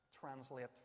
translate